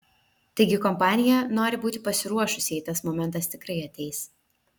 taigi kompanija nori būti pasiruošusi jei tas momentas tikrai ateis